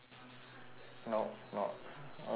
no no now it's thirty now